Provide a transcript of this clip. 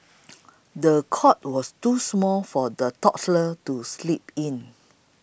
the cot was too small for the toddler to sleep in